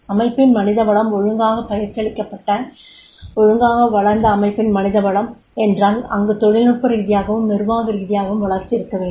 அமைப்பின் மனிதவளம் ஒழுங்காக பயிற்சியளிக்கப்பட்ட ஒழுங்காக வளர்ந்த அமைப்பின் மனித வளம் என்றால் அங்கு தொழில்நுட்ப ரீதியாகவும் நிர்வாக ரீதியாகவும் வளர்ச்சி இருக்கவேண்டும்